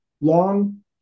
long